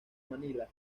manila